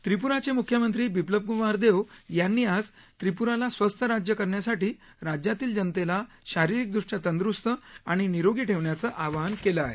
व्रिपराचे मुख्यमंत्री बिप्लब कुमार देब यांनी आज त्रिप्राला स्वस्थ राज्य करण्यासाठी राज्यातील जनतेला शारीरिकदृष्ट्या तंद्रुस्त आणि निरोगी ठेवण्याचं आवाहन केलं आहे